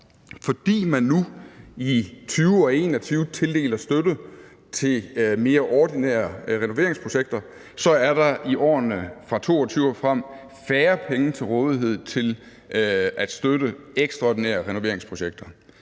Fordi man nu i 2020 og 2021 tildeler støtte til mere ordinære renoveringsprojekter, er der i årene fra 2022 og frem færre penge til rådighed til at støtte ekstraordinære renoveringsprojekter.